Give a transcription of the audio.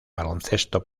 baloncesto